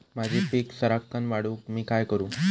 माझी पीक सराक्कन वाढूक मी काय करू?